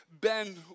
Ben